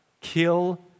Kill